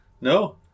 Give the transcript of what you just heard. No